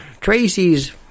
Tracy's